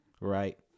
Right